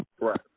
right